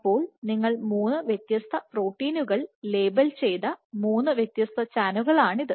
അപ്പോൾ നിങ്ങൾ 3 വ്യത്യസ്ത പ്രോട്ടീനുകൾ ലേബൽ ചെയ്ത 3 വ്യത്യസ്ത ചാനലുകളാണിത്